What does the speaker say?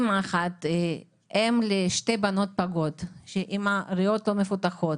אם לשתי בנות פגות עם ריאות לא מפותחות,